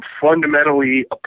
fundamentally